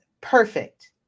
perfect